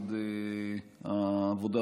במשרד העבודה,